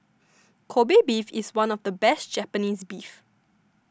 Kobe Beef is one of the best Japanese beef